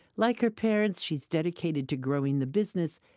like her parents she's dedicated to growing the business.